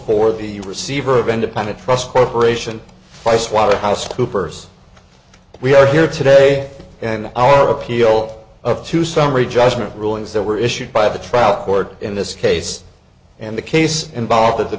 for the receiver of independent trust corporation fice waterhouse coopers we are here today and our appeal of to summary judgment rulings that were issued by the trial court in this case and the case involve